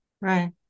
Right